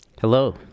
Hello